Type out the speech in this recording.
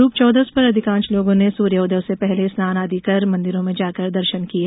रूप चौदस पर अधिकांश लोगों ने सूर्य उदय से पहले स्नान आदि कर मंदिरों में जाकर दर्शन किये